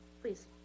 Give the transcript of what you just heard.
Please